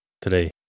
today